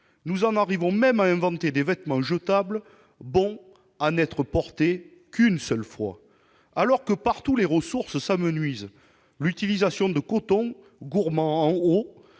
Nous en arrivons même à inventer des vêtements jetables, bons à n'être portés qu'une fois ! Alors que partout les ressources s'amenuisent, l'utilisation de coton gourmand en eau,